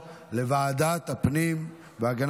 לוועדת החינוך, התרבות והספורט נתקבלה.